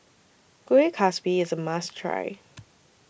Kueh Kaswi IS A must Try